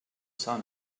sun